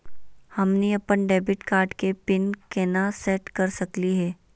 हमनी अपन debit card के पीन केना सेट कर सकली हे?